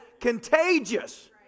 contagious